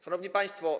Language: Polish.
Szanowni Państwo!